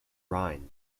rhine